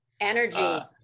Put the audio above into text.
energy